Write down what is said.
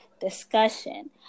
discussion